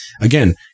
again